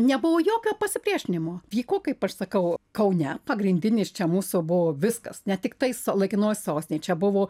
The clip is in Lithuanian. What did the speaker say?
nebuvo jokio pasipriešinimo vyko kaip aš sakau kaune pagrindinis čia mūsų buvo viskas ne tiktais laikinoji sostinė čia buvo